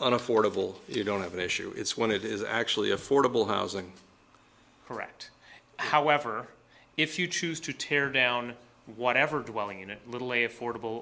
an affordable if you don't have an issue it's when it is actually affordable housing correct however if you choose to tear down whatever dwelling in a little a affordable